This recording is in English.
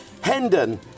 Hendon